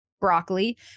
broccoli